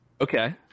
Okay